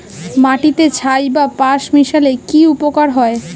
মাটিতে ছাই বা পাঁশ মিশালে কি উপকার হয়?